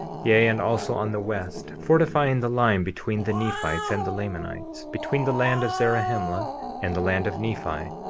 yea, and also on the west, fortifying the line between the nephites and the lamanites, between the land of zarahemla and the land of nephi,